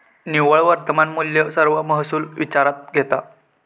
निव्वळ वर्तमान मुल्य सर्व महसुल विचारात घेता